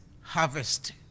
harvest